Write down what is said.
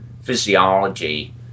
physiology